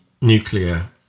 nuclear